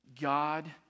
God